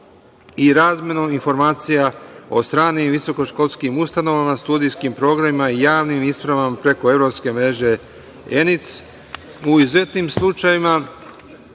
i razmenom informacija o stranim visokoškolskim ustanovama, studijskim programima i javnim ispravama preko evropske mreže ENIC.U izuzetnim slučajevima,